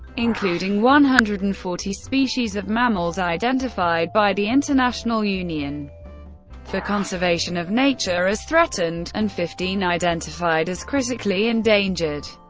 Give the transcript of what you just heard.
including one hundred and forty species of mammals identified by the international union for conservation of nature as threatened, and fifteen identified as critically endangered,